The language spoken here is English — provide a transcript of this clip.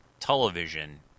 Television